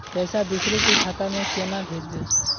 पैसा दूसरे के खाता में केना भेजबे?